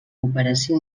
cooperació